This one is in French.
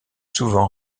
souvent